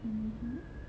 mmhmm